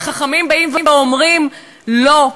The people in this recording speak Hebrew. וחכמים באים ואומרים: לא.